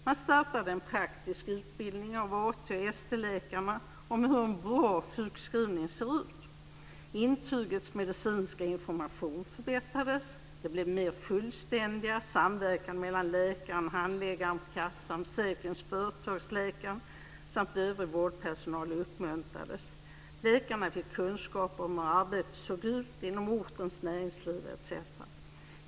Man startade en praktisk utbildning av AT och ST läkarna om hur en bra sjukskrivning ser ut. Intygens medicinska information förbättrades. De blev mer fullständiga. Samverkan mellan läkaren, handläggaren på kassan, försäkrings och företagsläkaren samt övrig vårdpersonal uppmuntrades. Läkarna fick kunskaper om hur arbetet såg ut inom ortens näringsliv etc.